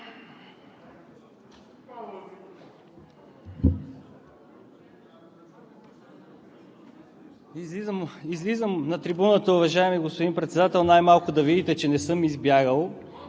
Излизам на трибуната, уважаеми господин Председател, най-малко да видите, че не съм избягал,